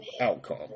outcome